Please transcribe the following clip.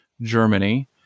Germany